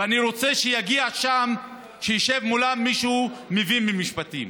ואני רוצה שישב מולם מישהו שמבין במשפטים.